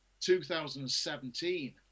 2017